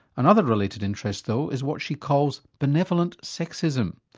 another related interest though is what she calls benevolent sexism.